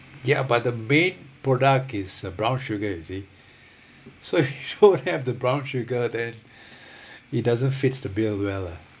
ya but the main product is the brown sugar you see so you don't have the brown sugar then it doesn't fits the bill well lah